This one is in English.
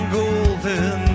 golden